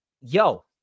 Yo